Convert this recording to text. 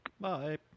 Bye